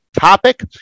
topic